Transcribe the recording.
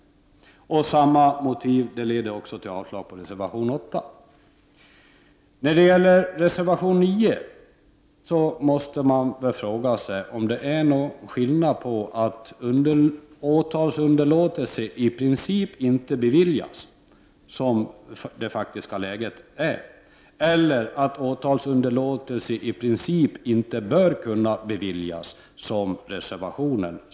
Med samma motivering yrkar jag även avslag på reservation 8. När det gäller reservation 9 måste man fråga sig om det är någon skillnad på att åtalsunderlåtelse i princip inte beviljas, vilket är det faktiska läget, och att åtalsunderlåtelse i princip inte bör kunna beviljas, vilket är vad man säger i reservationen.